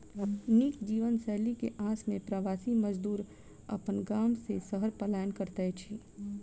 नीक जीवनशैली के आस में प्रवासी मजदूर अपन गाम से शहर पलायन करैत अछि